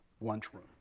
lunchroom